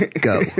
go